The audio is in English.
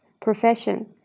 profession